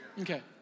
Okay